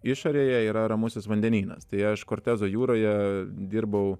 išorėje yra ramusis vandenynas tai aš kortezo jūroje dirbau